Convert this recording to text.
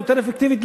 יותר אפקטיבית,